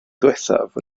ddiwethaf